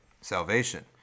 salvation